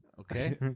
Okay